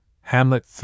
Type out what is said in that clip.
Hamlet